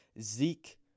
Zeke